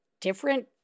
different